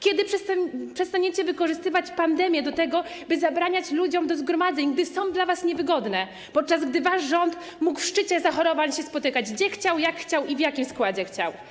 Kiedy przestaniecie wykorzystywać pandemię do tego, by zabraniać ludziom zgromadzeń, gdy są dla was niewygodne, podczas gdy wasz rząd mógł w szczycie zachorowań się spotykać, gdzie chciał, jak chciał i w jakim składzie chciał?